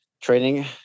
training